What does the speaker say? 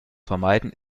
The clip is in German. vermeiden